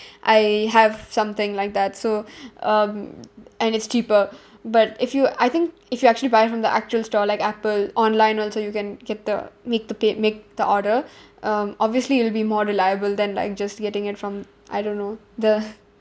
I have something like that so um and it's cheaper but if you I think if you actually buy from the actual store like apple online also you can get the make the pay make the order um obviously it will be more reliable than like just getting it from I don't know the